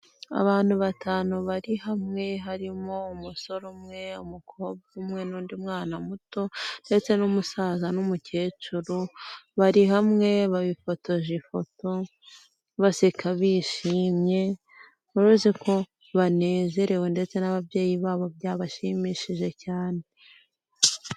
Abantu batanu bari hamwe harimo umusore umwe, umukobwa umwe n'undi mwana muto ndetse n'umusaza n'umukecuru, bari hamwe bifotoje ifoto baseka bishimye, uruzi ko banezerewe ndetse n'ababyeyi babo byabashimishije cyane.